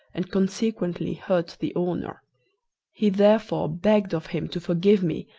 and consequently hurt the owner he therefore begged of him to forgive me,